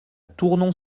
tournon